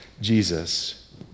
Jesus